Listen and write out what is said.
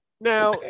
Now